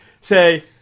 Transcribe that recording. Say